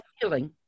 feeling